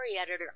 editor